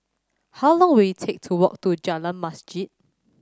how long will it take to walk to Jalan Masjid